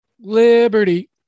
Liberty